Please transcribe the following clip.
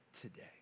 today